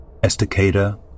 Estacada